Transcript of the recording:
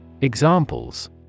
Examples